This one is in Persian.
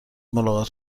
ملاقات